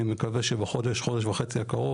אני מקווה שבחודש-חודש וחצי הקרוב,